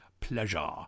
pleasure